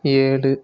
ஏழு